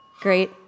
Great